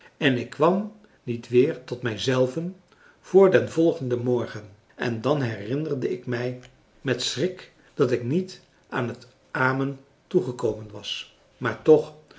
en ik kwam niet weer tot mij zelven voor den volgenden morgen en dan herinnerde ik mij met schrik dat ik niet aan het amen toegekomen was maar toch